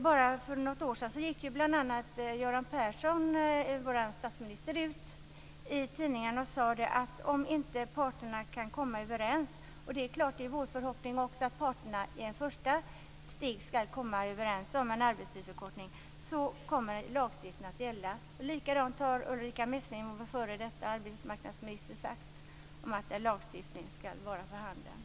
Bara för något år sedan gick vår statsminister Göran Persson ut i tidningarna och sade att om inte parterna kan komma överens - och naturligtvis är det också vår förhoppning att parterna i ett första steg skall komma överens om en arbetstidsförkortning - kommer lagstiftning att gälla. Likaså har vår f.d. arbetsmarknadsminister Ulrica Messing sagt att lagstiftning då skall vara för handen.